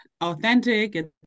authentic